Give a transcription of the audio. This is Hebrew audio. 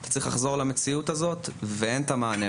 אתה צריך לחזור למציאות הזאת ואין את המענה,